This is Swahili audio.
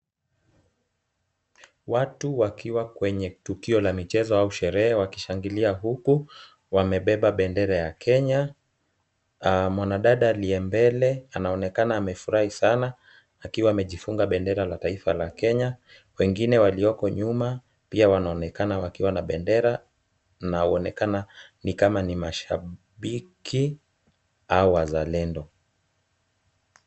Watu wakiwa kwenye tukio la michezo au sherehe wakishangilia huku wamebeba bendera ya Kenya. Mwanadada aliye mbele anaonekana amefurahi sana akiwa amejifunga bendera la taifa la Kenya. Wengine walioko nyuma pia wanaonekana wakiwa na bendera na waonekana ni kama ni mashabiki au wazalendo.